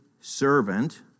servant